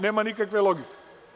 Nema nikakve logike.